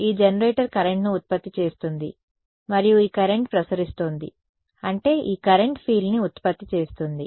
ఈ జనరేటర్ కరెంట్ను ఉత్పత్తి చేస్తోంది మరియు ఈ కరెంట్ ప్రసరిస్తోంది అంటే ఈ కరెంట్ ఫీల్డ్ ని ఉత్పత్తి చేస్తుంది